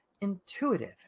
intuitive